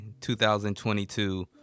2022